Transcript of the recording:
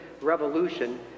Revolution